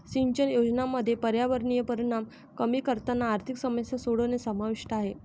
सिंचन योजनांमध्ये पर्यावरणीय परिणाम कमी करताना आर्थिक समस्या सोडवणे समाविष्ट आहे